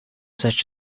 such